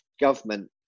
government